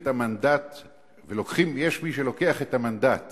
ויש מי שלוקח את המנדט